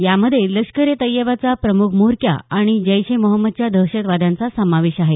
यामध्ये लष्कर ए तय्यबाचा प्रमुख म्होरक्या आणि जैश ए मोहम्मदच्या दहशतवाद्यांचा समावेश आहे